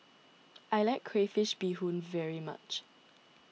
I like Crayfish BeeHoon very much